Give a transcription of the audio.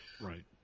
right